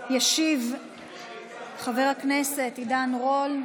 ישיב חבר הכנסת עידן רול.